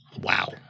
Wow